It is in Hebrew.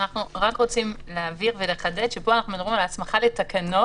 אנחנו רק רוצים להבהיר ולחדד שפה אנחנו מדברים על ההסמכה לתקנות